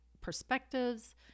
perspectives